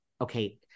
okay